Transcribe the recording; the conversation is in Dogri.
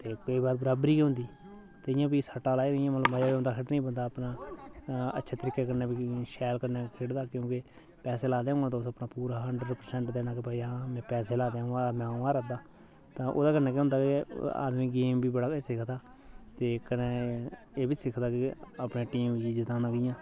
ते केईं बारी बराबरी गै होंदी ते इ'यां फ्ही सट्टा लाए दे इयां मतलब होंदा अपना अच्छे तरीके कन्नै शैल कन्नै खेढदा क्योंकि पैसे लाए दे होन ते तुस अपना पूरा हंडर्ड प्रसैंट देना कि भई हां में पैसे लाए दे अ'ऊं हारना अ'ऊं हारा दा तां ओह्दे कन्नै केह् होंदा के आदमी गेम बी बड़ा किश सिखदा ते कन्नै एह् बी सिखदा कि अपने टीम गी जताना कियां